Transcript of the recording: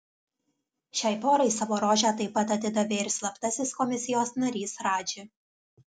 šiai porai savo rožę taip pat atidavė ir slaptasis komisijos narys radži